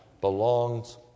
belongs